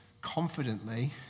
confidently